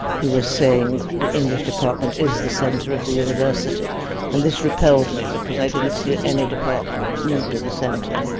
who was saying the english department is the centre of the university and this repelled me because i didn't see any department need be the centre.